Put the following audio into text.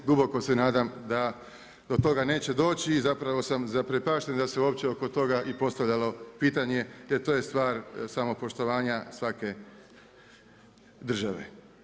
Duboko se nadam da do toga neće doći i zapravo sam zaprepašten da se uopće oko toga i postavljalo pitanje jer to je stvar samopoštovanja svake države.